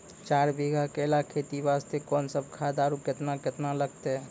चार बीघा केला खेती वास्ते कोंन सब खाद आरु केतना केतना लगतै?